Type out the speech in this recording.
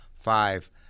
five